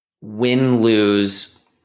win-lose